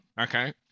okay